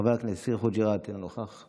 חבר הכנסת יאסר חוג'יראת, אינו נוכח,